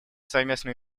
совместные